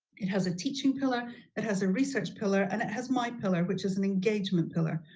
it has a teaching pillar, it has a research pillar, and it has my pillar, which is an engagement pillar.